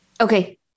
Okay